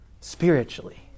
spiritually